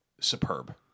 superb